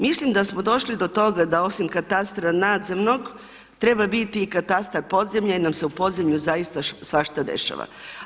Mislim da smo došli do toga da osim katastra nadzemnog treba biti i katastar podzemlja jer nam se u podzemlju zaista svašta dešava.